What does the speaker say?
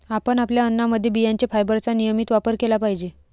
आपण आपल्या अन्नामध्ये बियांचे फायबरचा नियमित वापर केला पाहिजे